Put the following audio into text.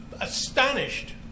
astonished